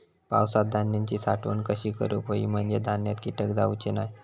पावसात धान्यांची साठवण कशी करूक होई म्हंजे धान्यात कीटक जाउचे नाय?